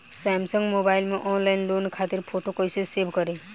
Samsung mobile में online loan खातिर photo कैसे सेभ करीं?